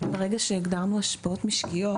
ברגע שהגדרנו השפעות משקיות